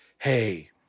Hey